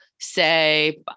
say